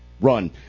run